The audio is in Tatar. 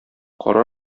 кара